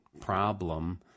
problem